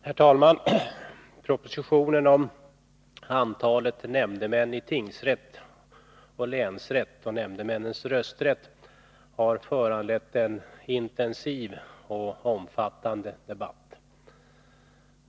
Herr talman! Propositionen om antalet nämndemän i tingsrätt och länsrätt och nämndemännens rösträtt har föranlett en intensiv och omfattande debatt.